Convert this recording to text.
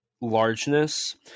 largeness